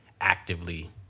actively